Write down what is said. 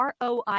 ROI